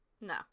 No